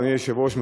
אדוני היושב-ראש,